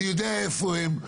אני יודע איפה הן.